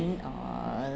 uh